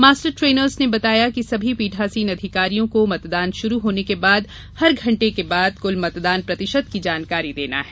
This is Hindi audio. मास्टर ट्रेनर्स ने बताया कि सभी पीठासीन अधिकारियों को मतदान शुरू होने के बाद हर घण्टे के बाद कुल मतदान प्रतिशत की जानकारी देना है